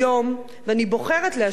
ואני בוחרת להשמיע היום,